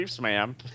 ma'am